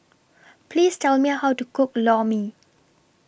Please Tell Me How to Cook Lor Mee